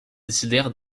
décidèrent